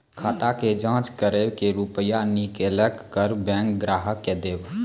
खाता के जाँच करेब के रुपिया निकैलक करऽ बैंक ग्राहक के देब?